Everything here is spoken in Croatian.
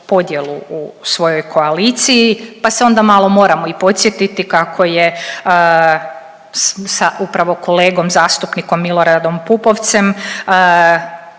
u svojoj koaliciji pa se onda malo moramo i podsjetiti kako je sa upravo kolegom zastupnikom Miloradom Pupovcem